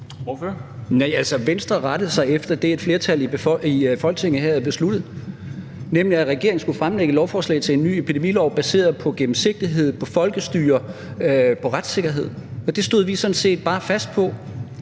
Venstre rettede sig efter det, et flertal i Folketinget havde besluttet, nemlig at regeringen skulle fremsætte et lovforslag til en ny epidemilov baseret på gennemsigtighed, på folkestyre, på retssikkerhed, og det stod vi sådan set bare fast på.